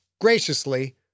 graciously